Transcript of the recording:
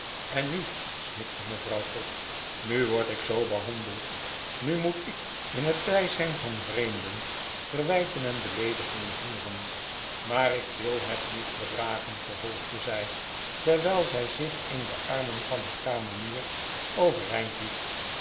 en nu snikte mevrouw pott nu word ik zoo behandeld nu moet ik in het bijzijn van vreemden verwijten en beleedigingen hooren maar ik wil het niet verdragen vervolgde zij terwijl zij zich in de armen van haar kamenier overeind hief